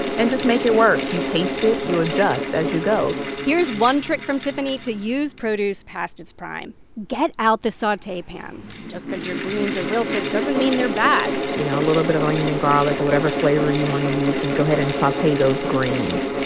and just make it work. you taste it you adjust as you go here's one trick from tiffany to use produce past its prime get out the saute pan. just because your greens are wilted doesn't mean they're bad you know, a little bit of onion and garlic or whatever flavor you want to use, and go ahead and saute those greens.